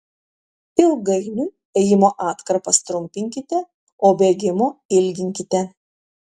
ilgainiui ėjimo atkarpas trumpinkite o bėgimo ilginkite